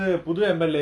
oh madurai